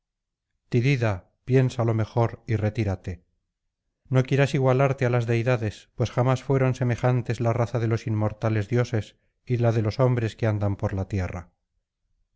tidida piensa lo mejor y retírate xo quieras igualarte á las deidades pues jamás fueron semejantes la raza de los inmortales dioses y la de los hombres que andan por la tierra